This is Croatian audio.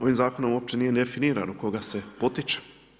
Ovim zakonom uopće nije definirano koga se potiče.